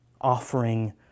offering